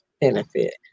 benefit